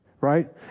right